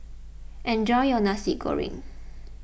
enjoy your Nasi Goreng